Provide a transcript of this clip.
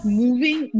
moving